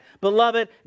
beloved